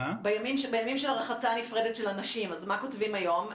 בימים של רחצה נפרדת של הנשים, מה כותבים היום?